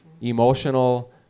Emotional